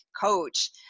coach